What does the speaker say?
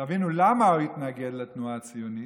תבינו למה הוא התנגד לתנועה הציונית,